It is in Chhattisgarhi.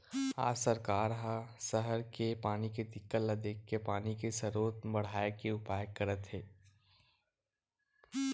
आज सरकार ह सहर के पानी के दिक्कत ल देखके पानी के सरोत बड़हाए के उपाय करत हे